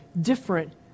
different